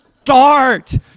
start